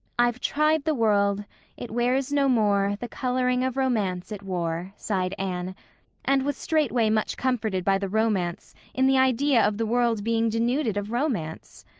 i've tried the world it wears no more the coloring of romance it wore sighed anne and was straightway much comforted by the romance in the idea of the world being denuded of romance!